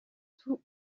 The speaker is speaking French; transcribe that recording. tout